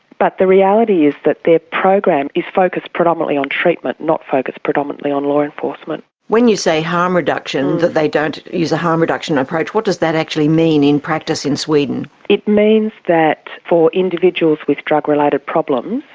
but the reality is that their program is focused predominantly on treatment, not focused predominantly on law enforcement. when you say harm reduction' that they don't use a harm reduction approach what does that actually mean in practice in sweden? it means that for individuals with drug-related problems,